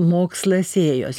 mokslas ėjos